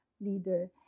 leader